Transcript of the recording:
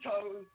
toes